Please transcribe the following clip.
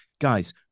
guys